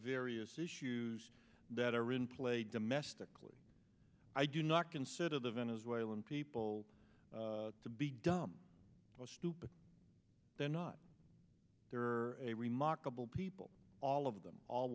various issues that are in play domestically i do not consider the venezuelan people to be dumb or stupid they're not there are a remarkable people all of them all